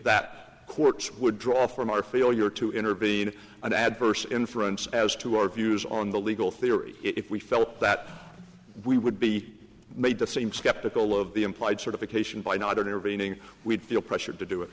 that courts would draw from our failure to intervene in an adverse inference as to our views on the legal theory if we felt that we would be made the same skeptical of the implied sort of occasion by not intervening we'd feel pressured to do it